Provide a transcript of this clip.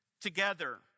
together